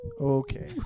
Okay